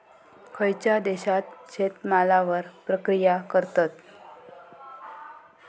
खयच्या देशात शेतमालावर प्रक्रिया करतत?